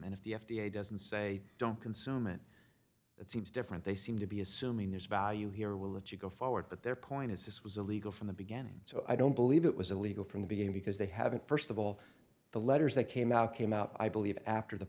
and if the f d a doesn't say don't consume it it seems different they seem to be assuming there's value here we'll let you go forward but their point is this was illegal from the beginning so i don't believe it was illegal from the beginning because they haven't first of all the letters that came out came out i believe after the